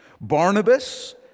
Barnabas